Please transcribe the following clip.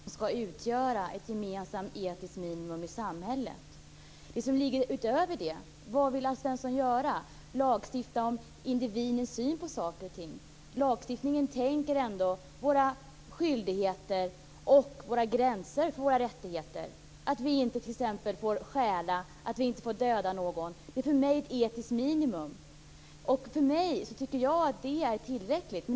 Fru talman! Jag vill ändå hävda att den lagstiftning som vi har skall utgöra ett gemensamt etiskt minimum i samhället. När det gäller det som ligger utöver det undrar jag vad Alf Svensson vill göra - lagstifta om individens syn på saker och ting? Men lagstiftningen täcker ändå våra skyldigheter och våra gränser för våra rättigheter. Detta med att vi t.ex. inte får stjäla eller att vi inte får döda någon är för mig ett etiskt minimum. Jag tycker att det är tillräckligt.